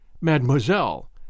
Mademoiselle